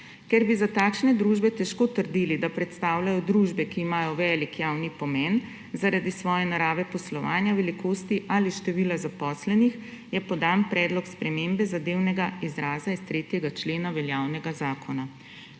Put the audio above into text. Ker bi za takšne družbe težko trdili, da predstavljajo družbe, ki imajo velik javni pomen zaradi svoje narave poslovanja, velikosti ali števila zaposlenih, je podan predlog spremembe zadevnega izraza iz 3. člena veljavnega zakona.